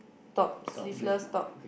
top sleeveless top